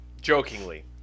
Jokingly